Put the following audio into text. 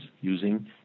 using